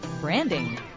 branding